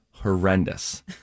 horrendous